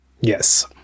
Yes